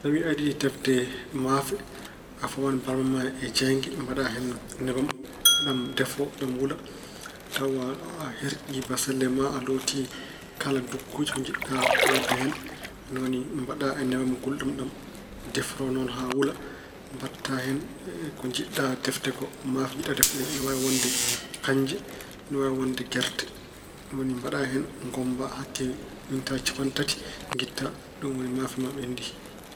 Tawa aɗa yiɗi defde maafe, a fawan baarma ma e jeeynge. Mbaɗa hen nebam haa ɗam defo, haa ɗam wula. Tawa a herƴii bassalle ma, a looti kala ndogguuje ɗe jiɗɗa waɗde hen. Ni woni mbaɗa e nebam ɗam deforo noon haa wula. Mbaɗta hen ko njiɗɗa defde ko. Maafe ɗe njiɗɗa defde ɗe ina waawi wonde kanje, ina waawi wonde gerte. Ɗum woni mbaɗa hen, ngommba hakke mintaaji cappanɗe tati, ngitta. Ɗum woni maafe ma ɓenndi.